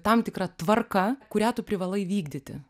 tam tikra tvarka kurią tu privalai vykdyti